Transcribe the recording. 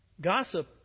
Gossip